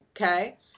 okay